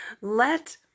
Let